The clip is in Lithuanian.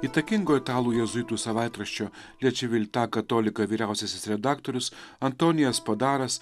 įtakingo italų jėzuitų savaitraščio le čivilta katolika vyriausiasis redaktorius antonijas spadaras